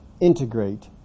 integrate